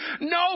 no